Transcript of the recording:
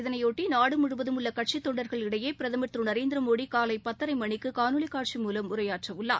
இதையொட்டி நாடு முழுவதும் உள்ள கட்சித் தொண்டர்கள் இடையே பிரதமர் திரு நரேந்திர மோடி காலை பத்தரை மணிக்கு காணொலிக் காட்சி மூலம் உரையாற்றவுள்ளார்